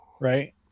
Right